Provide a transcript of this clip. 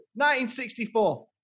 1964